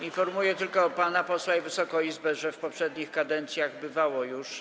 Informuję tylko pana posła i Wysoką Izbę, że w poprzednich kadencjach bywało już.